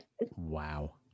wow